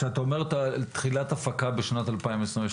תחילת הפקה ב-2022